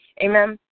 Amen